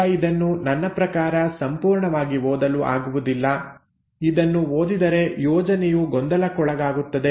ಈಗ ಇದನ್ನು ನನ್ನ ಪ್ರಕಾರ ಸಂಪೂರ್ಣವಾಗಿ ಓದಲು ಆಗುವುದಿಲ್ಲ ಇದನ್ನು ಓದಿದರೆ ಯೋಜನೆಯು ಗೊಂದಲಕ್ಕೊಳಗಾಗುತ್ತದೆ